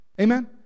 Amen